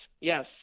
Yes